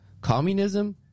Communism